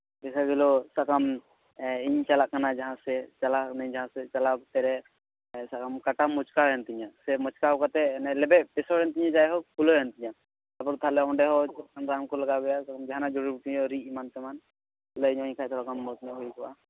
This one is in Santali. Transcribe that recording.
ᱛᱟᱯᱚᱨ ᱫᱮᱠᱷᱟ ᱜᱮᱞᱚ ᱥᱟᱵ ᱠᱟᱢ ᱤᱧ ᱪᱟᱞᱟᱜ ᱠᱟᱱᱟ ᱡᱟᱦᱟᱸ ᱥᱮᱡ ᱪᱟᱞᱟᱜ ᱠᱟᱹᱱᱟᱹᱧ ᱡᱟᱦᱟᱸ ᱥᱮᱡ ᱪᱟᱞᱟᱣ ᱚᱠᱛᱮ ᱨᱮ ᱥᱟᱵ ᱠᱟᱜ ᱢᱮ ᱠᱟᱴᱟ ᱢᱚᱪᱠᱟᱣᱮᱱ ᱛᱤᱧᱟᱹ ᱥᱮ ᱢᱚᱪᱠᱟᱣ ᱠᱟᱛᱮ ᱮᱱᱮ ᱞᱮᱵᱮᱫ ᱯᱷᱮᱥᱠᱚᱪ ᱮᱱ ᱛᱤᱧᱟᱹ ᱡᱟᱭᱦᱳᱠ ᱯᱷᱩᱞᱟᱹᱣᱮᱱ ᱛᱤᱧᱟᱹ ᱟᱫᱚ ᱛᱟᱦᱞᱮ ᱚᱸᱰᱮ ᱦᱚᱸ ᱨᱟᱱ ᱠᱚ ᱞᱟᱜᱟᱣ ᱜᱮᱭᱟ ᱛᱚ ᱡᱟᱦᱟᱸᱱᱟᱜ ᱡᱩᱲᱤ ᱵᱩᱴᱤ ᱨᱤᱫ ᱮᱢᱟᱱ ᱛᱮᱢᱟᱱ ᱞᱟᱹᱭ ᱧᱚᱜ ᱤᱧ ᱠᱷᱟᱱ ᱫᱚ ᱥᱚᱵᱷᱚᱵ ᱧᱚᱜ ᱦᱩᱭ ᱠᱚᱜᱼᱟ ᱚ